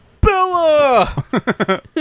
Bella